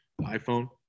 iphone